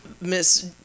miss